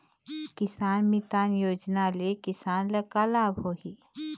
किसान मितान योजना ले किसान ल का लाभ होही?